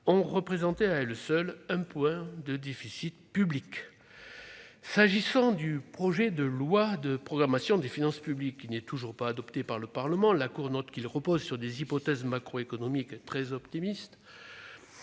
ont représenté à elles seules un point de déficit public. Le projet de loi de programmation des finances publiques n'a toujours pas été adopté par le Parlement. La Cour note que celui-ci repose sur des hypothèses macroéconomiques très optimistes